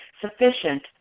sufficient